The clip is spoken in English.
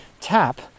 tap